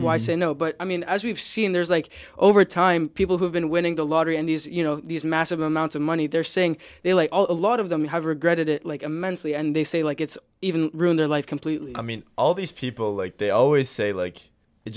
why say no but i mean as we've seen there's like over time people have been winning the lottery and these you know these massive amounts of money they're saying they all a lot of them have regretted it like immensely and they say like it's even ruin their life completely i mean all these people like they always say like